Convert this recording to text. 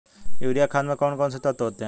Urea खाद में कौन कौन से तत्व होते हैं?